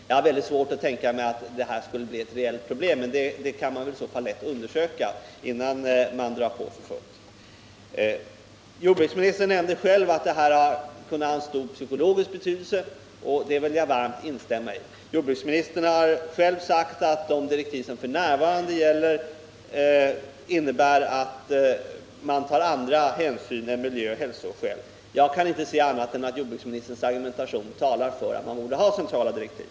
Jag har mycket svårt att tänka mig att detta skulle bli ett reellt problem, men det kan man nog ganska lätt undersöka innan man drar på för fullt. Jordbruksministern nämnde själv att användningen av lågblybensin inom den statliga förvaltningen kunde ha stor psykologisk betydelse. Det vill jag varmt instämma i. Jordbruksministern har själv sagt att de direktiv som f. n. gäller innebär att man tar andra hänsyn än sådana som är betingade av miljöoch hälsoskäl. Jag kan inte se annat än att jordbruksministerns argumentation talar för att man borde ha centrala direktiv.